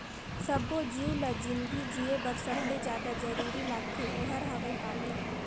सब्बो जीव ल जिनगी जिए बर सबले जादा जरूरी लागथे ओहार हवे पानी